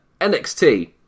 NXT